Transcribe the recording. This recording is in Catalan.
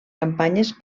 campanyes